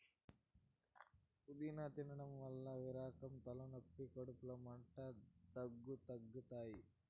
పూదినను తినడం వల్ల వికారం, తలనొప్పి, కడుపులో మంట, దగ్గు తగ్గుతాయి